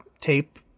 tape